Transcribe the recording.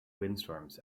windstorms